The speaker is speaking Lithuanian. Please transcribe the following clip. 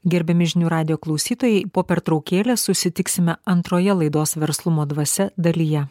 gerbiami žinių radijo klausytojai po pertraukėlės susitiksime antroje laidos verslumo dvasia dalyje